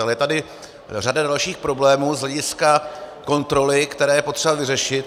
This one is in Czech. Ale je tady řada dalších problémů z hlediska kontroly, které je potřeba vyřešit.